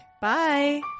Bye